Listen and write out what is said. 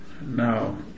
Now